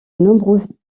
nombreux